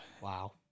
Wow